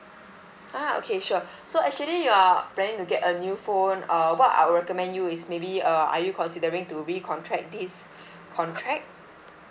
ah okay sure so actually you are planning to get a new phone uh what I'll recommend you is maybe uh are you considering to re contact this contract